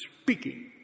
speaking